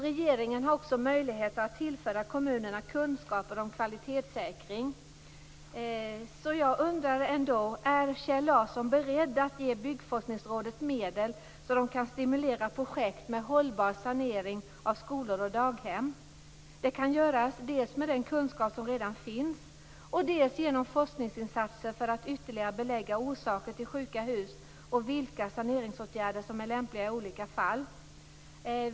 Regeringen har också möjligheter att tillföra kommunerna kunskaper om kvalitetssäkring. Är Kjell Larsson beredd att ge Byggforskningsrådet medel så att man kan stimulera projekt med hållbar sanering av skolor och daghem? Detta kan göras dels med hjälp av den kunskap som redan finns, dels genom forskningsinsatser för att ytterligare belägga orsaker till sjuka hus och vilka saneringsåtgärder som är lämpliga i olika fall.